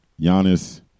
Giannis